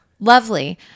Lovely